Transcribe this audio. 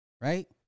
Right